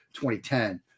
2010